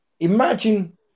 Imagine